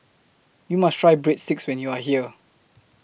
YOU must Try Breadsticks when YOU Are here